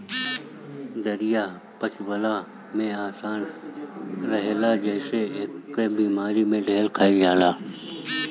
दलिया पचवला में आसान रहेला जेसे एके बेमारी में ढेर खाइल जाला